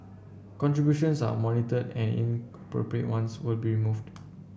contributions are monitored and ones will be removed